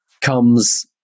comes